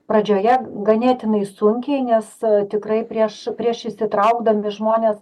pradžioje ganėtinai sunkiai nes tikrai prieš prieš įsitraukdami žmonės